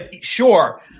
sure